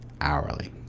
hourly